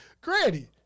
Granny